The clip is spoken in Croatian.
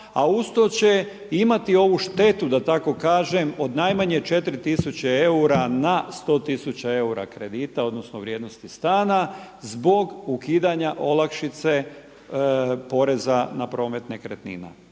a usto će i imati ovu štetu da tako kažem od najmanje 4 tisuće eura na 100 tisuća eura kredita odnosno vrijednosti stana zbog ukidanja olakšice poreza na promet nekretnina.